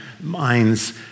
minds